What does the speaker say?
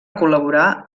col·laborar